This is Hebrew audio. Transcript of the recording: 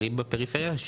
והפערים בפריפריה.